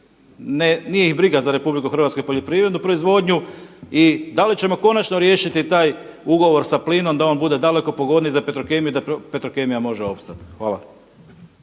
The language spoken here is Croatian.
nije ih briga za Republiku Hrvatsku i poljoprivrednu proizvodnju? I da li ćemo konačno riješiti taj ugovor sa Plinom da on bude daleko pogodniji za Petrokemiju da Petrokemija može opstati? Hvala.